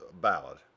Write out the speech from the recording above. ballad